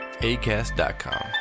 ACAST.com